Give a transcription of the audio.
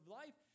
life